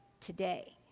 today